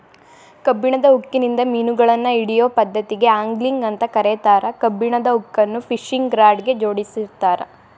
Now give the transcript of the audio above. ಕಬ್ಬಣದ ಹುಕ್ಕಿನಿಂದ ಮಿನುಗಳನ್ನ ಹಿಡಿಯೋ ಪದ್ದತಿಗೆ ಆಂಗ್ಲಿಂಗ್ ಅಂತ ಕರೇತಾರ, ಕಬ್ಬಣದ ಹುಕ್ಕನ್ನ ಫಿಶಿಂಗ್ ರಾಡ್ ಗೆ ಜೋಡಿಸಿರ್ತಾರ